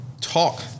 talk